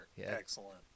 excellent